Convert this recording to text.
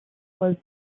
was